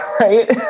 Right